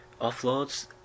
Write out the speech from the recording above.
offloads